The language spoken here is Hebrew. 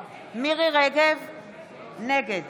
נגד